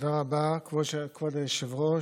תודה רבה, כבוד היושב-ראש.